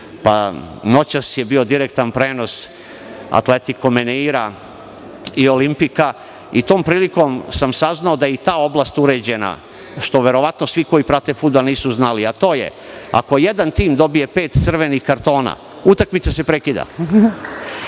TV. Noćas je bio direktan prenos Atletiko Mineiro i Olimpika, i tom prilikom sam saznao da je i ta oblast uređena, što verovatno svi koji prate fudbal nisu znali, a to je da ako jedan tim dobije pet crvenih kartona utakmica se prekida.